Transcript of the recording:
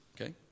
okay